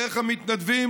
דרך המתנדבים,